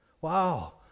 Wow